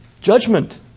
Judgment